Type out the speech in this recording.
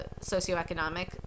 socioeconomic